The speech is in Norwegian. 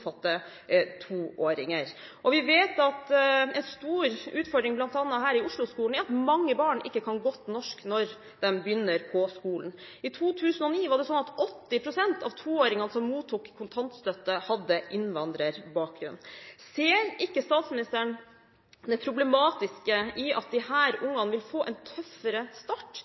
Vi vet at en stor utfordring bl.a. her i Oslo-skolen er at mange barn ikke kan norsk godt når de begynner på skolen. I 2009 var det sånn at 80 pst. av toåringene som mottok kontantstøtte, hadde innvandrerbakgrunn. Ser ikke statsministeren det problematiske i at disse ungene vil få en tøffere start